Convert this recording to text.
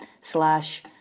slash